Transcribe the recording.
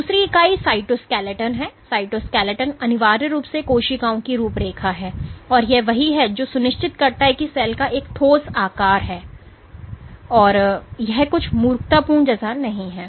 दूसरी इकाई साइटोस्केलेटन है साइटोस्केलेटन अनिवार्य रूप से कोशिकाओं की रूपरेखा है और यही वह है जो यह सुनिश्चित करता है कि सेल का एक ठोस आकार है और यह कुछ मूर्खतापूर्ण जैसा नहीं है